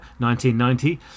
1990